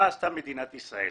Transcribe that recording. מה עשתה מדינת ישראל?